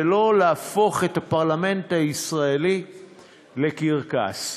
ולא להפוך את הפרלמנט הישראלי לקרקס.